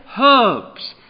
herbs